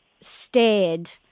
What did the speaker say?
stared